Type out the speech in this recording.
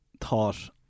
thought